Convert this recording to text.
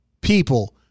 people